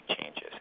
changes